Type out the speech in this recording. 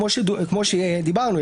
כמו שדיברנו,